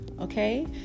okay